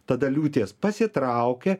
tada liūties pasitraukia